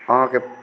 अहाँकेँ